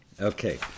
Okay